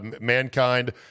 Mankind